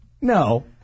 No